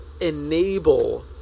enable